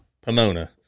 Pomona